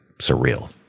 surreal